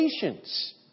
patience